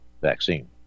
vaccine